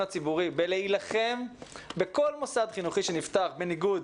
הציבורי ולהילחם בכל מוסד חינוכי שנפתח בניגוד